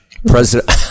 president